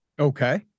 Okay